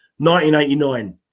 1989